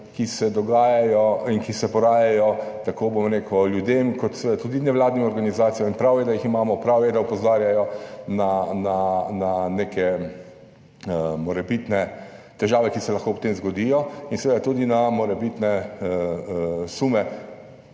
na vsa vprašanja, ki se porajajo tako ljudem kot tudi nevladnim organizacijam. Prav je, da jih imamo, prav je, da opozarjajo na neke morebitne težave, ki se lahko ob tem zgodijo, in seveda tudi na morebitne sume